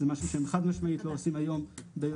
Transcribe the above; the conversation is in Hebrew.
זה משהו שהם חד משמעית לא עושים היום בהיותם